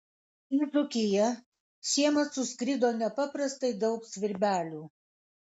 į dzūkiją šiemet suskrido nepaprastai daug svirbelių